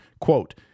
Quote